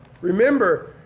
Remember